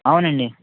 అవునండి